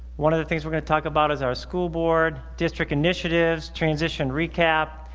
one of the things we're going to talk about is our school board, district initiatives, transition recap,